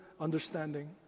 understanding